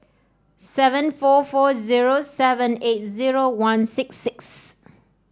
seven four four zero seven eight zero one six six